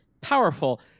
powerful